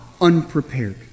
unprepared